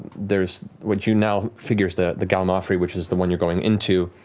there's what you now figure is the the gallimaufry, which is the one you're going into.